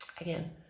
again